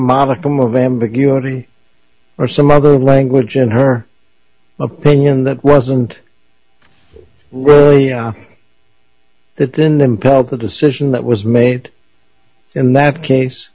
modicum of ambiguity or some other language in her opinion that wasn't really that then impelled the decision that was made in that case